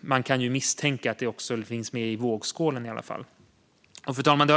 Man kan i alla fall misstänka att det finns med i vågskålen. Fru talman!